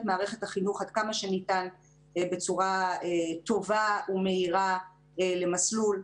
מערכת החינוך עד כמה שניתן בצורה טובה ומהירה למסלול,